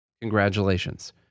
Congratulations